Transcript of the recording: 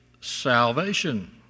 salvation